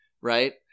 right